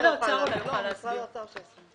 אולי משרד האוצר יוכל להסביר.